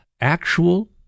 actual